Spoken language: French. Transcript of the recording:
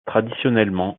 traditionnellement